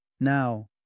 Now